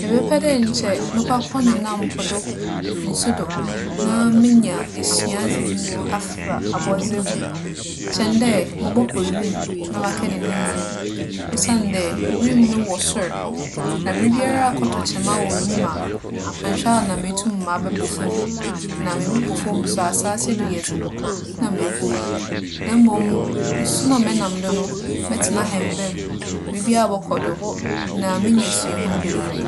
Mebɛpɛ dɛ nkyɛ mͻkͻ akͻnenam po do, nsu do na menya esuadze bi afa abͻdze ho kyɛn dɛ mobͻkͻ wimu na makɛnenam wimu. Osiandɛ, wimu no wͻ sor. Na biribiara kͻtͻ kyema wͻ wimu a, annhwɛ a na metum mabͻbͻ famu. Na mobͻbͻ famu so a asaase yi do yɛ dzen, na mekowu. Na mbom, nsu no a mɛnam do no, mɛtsena hɛmba mu, biribiara bͻkͻ do na menya suahu beberee.